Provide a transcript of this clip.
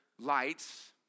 lights